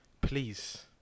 Please